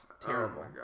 Terrible